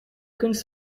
kunst